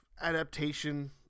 adaptation